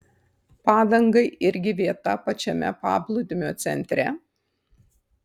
padangai irgi vieta pačiame paplūdimio centre